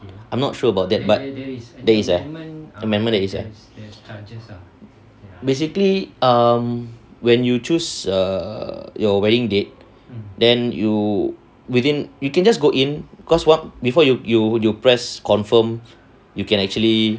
I'm not sure about that but there is ah amendment there is ah basically um when you choose err your wedding date then you within you can just go in cause what before you you you press confirm you can actually